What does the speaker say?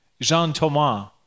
Jean-Thomas